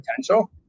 potential